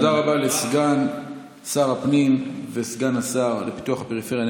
תודה רבה לסגן שר הפנים וסגן השר לפיתוח הפריפריה,